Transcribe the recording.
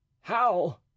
how